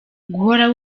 guhora